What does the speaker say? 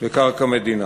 זו קרקע מדינה.